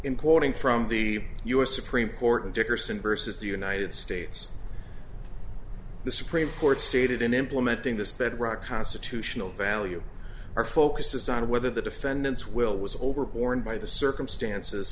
importing from the u s supreme court dickerson versus the united states the supreme court stated in implementing this bedrock constitutional value or focuses on whether the defendants will was over born by the circumstances